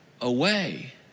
away